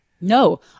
No